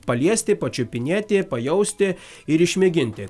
paliesti pačiupinėti pajausti ir išmėginti